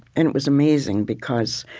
and it was amazing because,